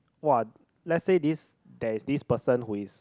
what let's say this there is this person who is